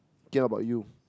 K about you